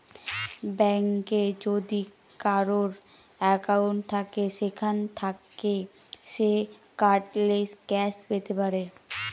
ব্যাঙ্কে যদি কারোর একাউন্ট থাকে সেখান থাকে সে কার্ডলেস ক্যাশ পেতে পারে